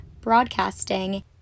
broadcasting